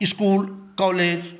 इसकुल college